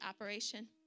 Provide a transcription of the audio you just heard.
operation